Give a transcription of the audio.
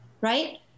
right